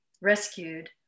rescued